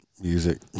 music